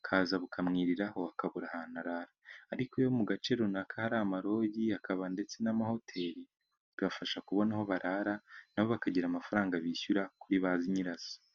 akaza bukamwiriraho akabura ahantu arara, ariko iyo mu gace runaka hari amaroji hakaba ndetse n'amahoteli bibafasha kubona aho barara, na bo bakagira amafaranga bishyura kuri ba nyirazo.